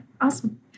awesome